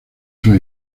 sus